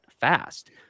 fast